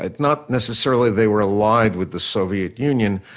ah not necessarily they were allied with the soviet union,